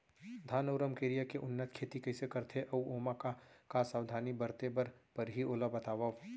धान अऊ रमकेरिया के उन्नत खेती कइसे करथे अऊ ओमा का का सावधानी बरते बर परहि ओला बतावव?